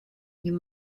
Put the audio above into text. you